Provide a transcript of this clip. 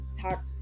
talk